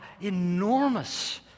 enormous